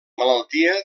malaltia